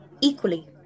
equally